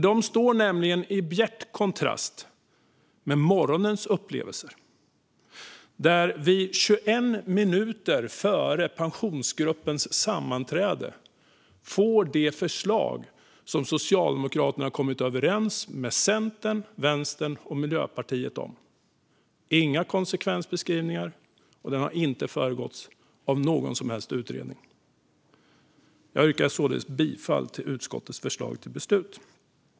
De står nämligen i bjärt kontrast till morgonens upplevelser, där vi 21 minuter före Pensionsgruppens sammanträde fick det förslag som Socialdemokraterna har kommit överens med Centern, Vänstern och Miljöpartiet om. Vi fick inga konsekvensbeskrivningar, och förslaget har inte föregåtts av någon som helst utredning. Jag yrkar således bifall till utskottets förslag till beslut.